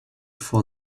for